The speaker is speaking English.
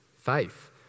faith